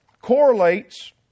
correlates